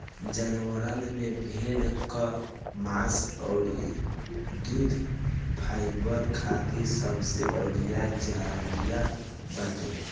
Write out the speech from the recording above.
जानवरन में भेड़ कअ मांस अउरी दूध फाइबर खातिर सबसे बढ़िया जरिया बाटे